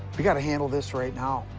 we got to handle this right now.